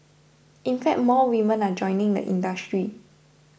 in fact more women are joining the industry